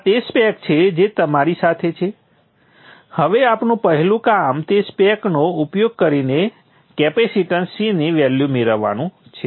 આ તે સ્પેક્સ છે જે તમારી સાથે છે હવે આપણું પહેલું કામતે સ્પેક્સનો ઉપયોગ કરીને કેપેસીટન્સ C ની વેલ્યુ મેળવવાનું છે